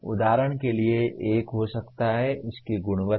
उदाहरण के लिए एक हो सकता है इसकी गुणवत्ता